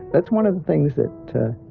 that's one of the things that